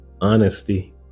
honesty